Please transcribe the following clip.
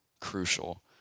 crucial